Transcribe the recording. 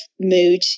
mood